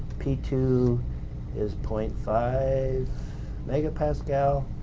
p two is point five megapascal,